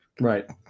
Right